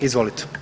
Izvolite.